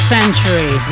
Century